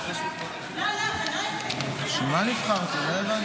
לא מסוגל.